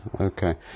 Okay